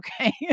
okay